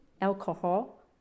alcohol